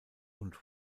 und